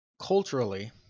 culturally